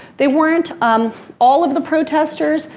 they weren't um all of the protestors,